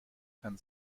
kann